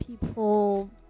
people